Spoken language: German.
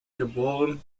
geb